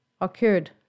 occurred